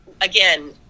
again